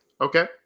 Okay